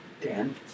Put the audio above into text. Dan